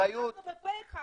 אנחנו בפה אחד